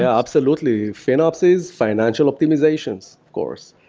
ah absolutely. finops is financial optimizations, of course,